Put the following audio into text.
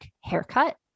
haircut